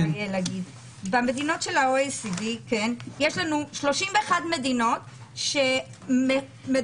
במדינות של ה-OECD יש לנו 31 מדינות שמדברות